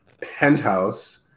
penthouse